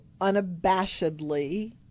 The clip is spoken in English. unabashedly